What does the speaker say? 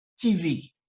TV